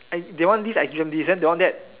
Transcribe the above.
I they want this I give them this then they want that